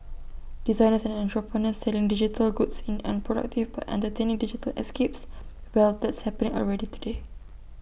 designers and entrepreneurs selling digital goods in unproductive but entertaining digital escapes well that's happening already today